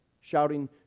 shouting